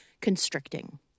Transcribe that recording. constricting